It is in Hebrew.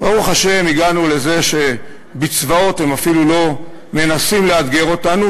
וברוך השם הגענו לזה שבצבאות הם אפילו לא מנסים לאתגר אותנו,